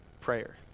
prayer